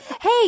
hey